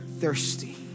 thirsty